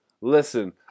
listen